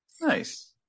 Nice